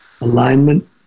Alignment